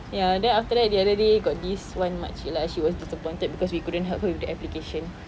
ya then after that the other day got this one makcik lah she was disappointed because we couldn't help her with the application